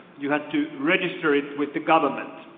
you had to register it with the government.